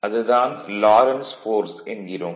அதைத் தான் Lorentz force என்கிறோம்